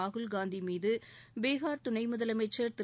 ராகுல்காந்தி மீது பீகார் துணை முதலமைச்சர் திரு